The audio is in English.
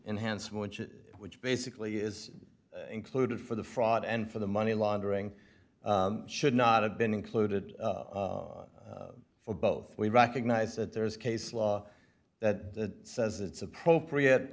is which basically is included for the fraud and for the money laundering should not have been included for both we recognize that there is case law that says it's appropriate